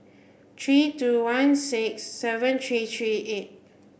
three two one six seven three three eight